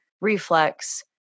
reflex